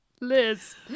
Liz